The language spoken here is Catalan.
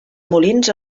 molins